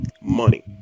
money